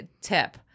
tip